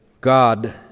God